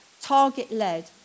target-led